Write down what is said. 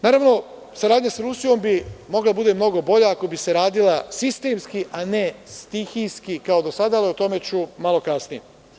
Naravno, saradnja sa Rusijom bi mogla da bude mnogo bolja ako bi se radila sistemski, a ne stihijski kao do sada, ali o tome ću malo kasnije.